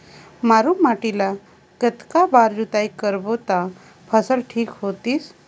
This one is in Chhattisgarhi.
मारू माटी ला कतना बार जुताई करबो ता फसल ठीक होती?